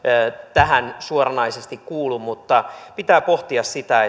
tähän suoranaisesti kuulu mutta pitää pohtia sitä